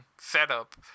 setup